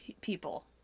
people